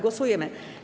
Głosujemy.